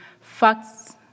facts